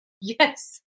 Yes